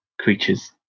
creatures